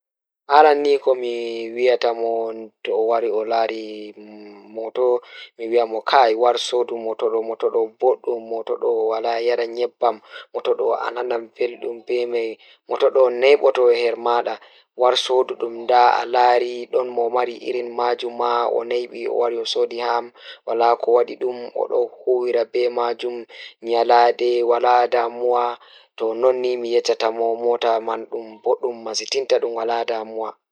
Aran ni komi wiyataa mo to o wari o laari moto Moto ɗuum wonaa goongɗinɗo ɗum fow, gite ndi kadi gollal ɗum jamirde e jaarol ɗum ɗon, ngaddunɗo hay so waɗi yoɓude moto. Ndikku ɗuum gite tefteejoɗon to nduumi, e muɗɗa fulɓe no moƴƴi moto ɗum ngam njum fena jogorde. Yo moto ɗuum o waɗiraa mo sago ngam wonde yaafo e gollal maa.